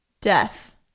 death